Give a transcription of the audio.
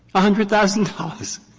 hundred thousand dollars.